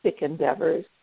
endeavors